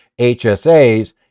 HSAs